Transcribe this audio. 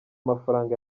mafaranga